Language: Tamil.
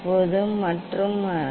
இது உங்களுக்குத் தெரிந்த இயல்பு